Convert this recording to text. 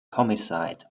homicide